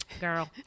girl